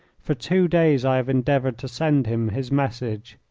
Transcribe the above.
for two days i have endeavoured to send him his message.